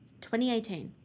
2018